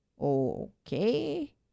Okay